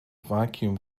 vacuum